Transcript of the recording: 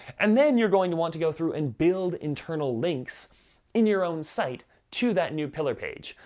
and then you're going to want to go through and build internal links in your own site to that new pillar page.